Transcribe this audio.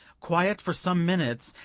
quiet for some minutes,